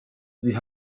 sie